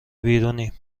بیرونیم